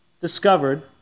discovered